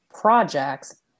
projects